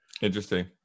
interesting